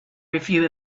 review